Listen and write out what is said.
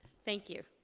thank you.